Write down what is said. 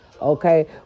okay